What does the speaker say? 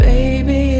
Baby